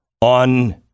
on